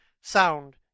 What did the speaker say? sound